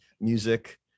music